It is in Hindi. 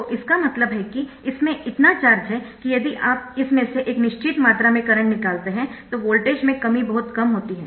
तो इसका मतलब है कि इसमें इतना चार्ज है कि यदि आप इसमें से एक निश्चित मात्रा में करंट निकालते है तो वोल्टेज में कमी बहुत कम होती है